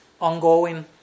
ongoing